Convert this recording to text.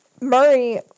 Murray